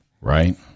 Right